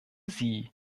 sie